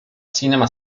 cinema